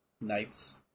Nights